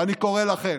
ואני קורא לכם,